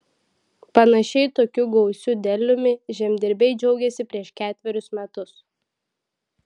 panašiai tokiu gausiu derliumi žemdirbiai džiaugėsi prieš ketverius metus